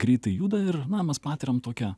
greitai juda ir na mes patiriam tokią